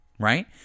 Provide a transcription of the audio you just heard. Right